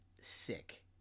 sick